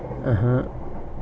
(uh huh)